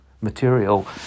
material